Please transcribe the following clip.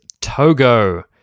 Togo